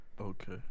Okay